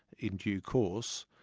in due course,